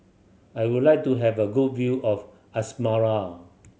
I would like to have a good view of Asmara